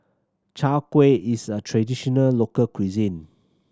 Chai Kueh is a traditional local cuisine